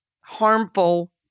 harmful